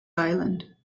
island